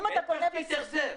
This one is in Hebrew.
אם אתה קונה --- בסופרמרקט.